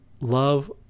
Love